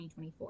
2024